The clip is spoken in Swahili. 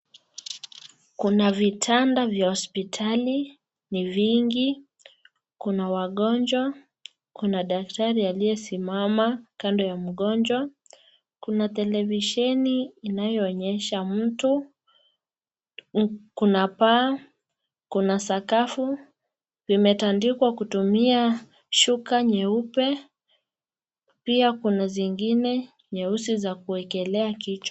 Kuna vitanda vya hospitali vingi, kuna wagonjwa, kuna daktari aliyesimama kando ya mgonjwa, kuna televisheni inayoonyesha mtu. Kuna paa, kuna sakafu vimetandikwa kutumia shuka nyeupe, pia kuna zingine nyeusi za kuwekelea kichwa.